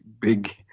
big